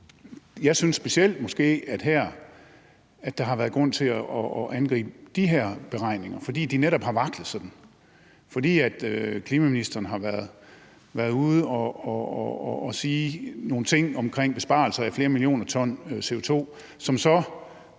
Jeg synes måske specielt, at der har været grund til at angribe de her beregninger, fordi de netop har vaklet sådan, fordi klimaministeren har været ude at sige nogle ting omkring besparelser på flere millioner ton CO2, som så